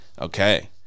okay